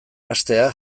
hastea